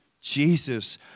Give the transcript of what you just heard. Jesus